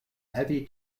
heavy